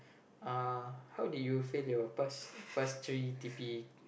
uh how did you failed your passed passed three t_p